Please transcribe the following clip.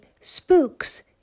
Spooks